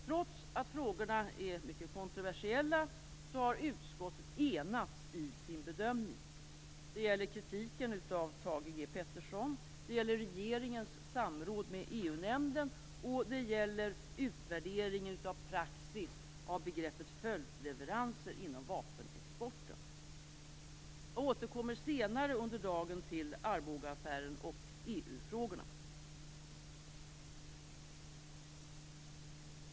Trots att frågorna är mycket kontroversiella har utskottet enats i sin bedömning. Det gäller kritiken av Thage G Peterson. Det gäller regeringens samråd med EU-nämnden. Vidare gäller det utvärdering av praxis beträffande begreppet följdleveranser inom vapenexporten. Jag återkommer senare under dagen till Arbogaaffären och EU-frågorna.